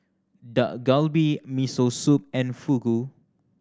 Dak Galbi Miso Soup and Fugu